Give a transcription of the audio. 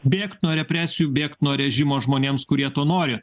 bėgt nuo represijų bėgt nuo režimo žmonėms kurie to nori